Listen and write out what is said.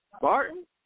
Barton